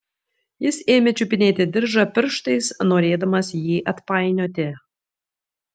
jis ėmė čiupinėti diržą pirštais norėdamas jį atpainioti